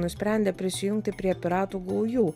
nusprendė prisijungti prie piratų gaujų